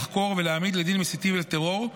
לחקור ולהעמיד לדין מסיתים לטרור,